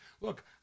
Look